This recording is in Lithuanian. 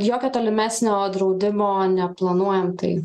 nėra jokio tolimesnio draudimo neplanuojam tai